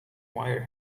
wire